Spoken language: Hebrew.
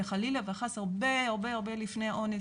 זה חלילה וחס הרבה הרבה לפני האונס,